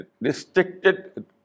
restricted